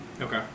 Okay